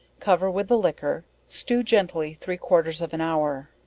cover with the liquor, stew gently three quarters of an hour.